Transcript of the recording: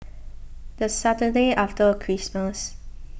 the Saturday after Christmas